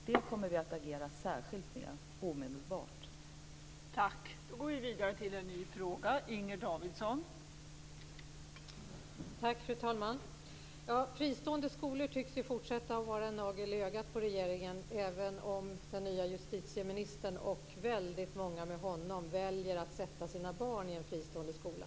Det kommer vi omedelbart att arbeta särskilt med.